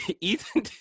Ethan